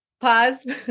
pause